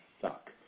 suck